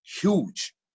huge